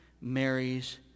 Mary's